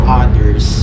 others